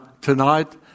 tonight